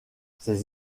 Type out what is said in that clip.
ces